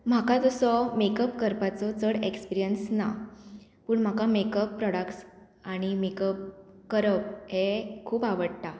म्हाका जसो मेकअप करपाचो चड एक्सपिरियन्स ना पूण म्हाका मेकअप प्रोडक्ट्स आनी मेकअप करप हें खूब आवडटा